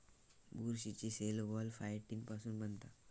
बुरशीची cell wall chitin पासुन बनता